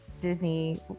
Disney